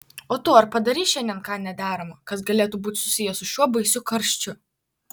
o tu ar padarei šiandien ką nederama kas galėtų būti susiję su šiuo baisiu karščiu